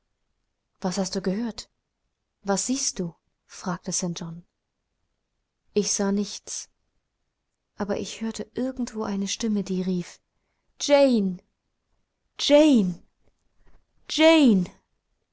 was hast du gehört was siehst du fragte st john ich sah nichts aber ich hörte irgendwo eine stimme die rief jane jane